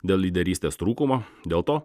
dėl lyderystės trūkumo dėl to